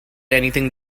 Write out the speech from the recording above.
anything